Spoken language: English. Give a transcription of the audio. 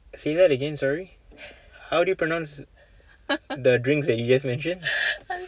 say that again sorry how do you pronounce the drinks that you just mentioned